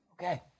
Okay